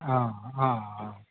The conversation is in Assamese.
অঁ অঁ অঁ